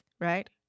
right